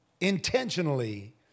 intentionally